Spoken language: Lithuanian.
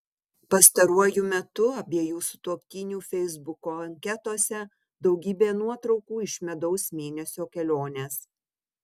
pastaruoju metu abiejų sutuoktinių feisbuko anketose daugybė nuotraukų iš medaus mėnesio kelionės